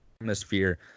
atmosphere